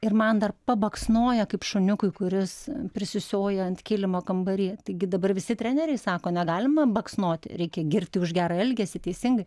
ir man dar pabaksnoja kaip šuniukui kuris prisisioja ant kilimo kambary taigi dabar visi treneriai sako negalima baksnoti reikia girti už gerą elgesį teisingai